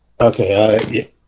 okay